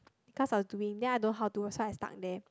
because I was doing then I don't know how to do so I stuck there